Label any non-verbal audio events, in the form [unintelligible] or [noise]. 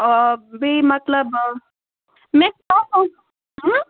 آ بیٚیہِ مطلب مےٚ [unintelligible]